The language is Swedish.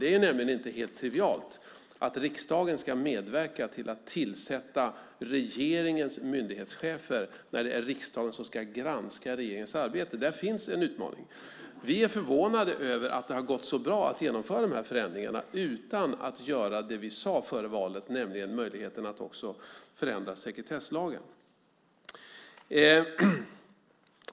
Det är nämligen inte helt trivialt att riksdagen ska medverka till att tillsätta regeringens myndighetschefer när det är riksdagen som ska granska regeringens arbete. Där finns en utmaning. Vi är förvånade över att det har gått så bra att genomföra de här förändringarna utan att göra det som vi sade före valet - det handlar om möjligheten att också förändra sekretesslagen.